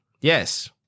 Yes